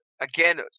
again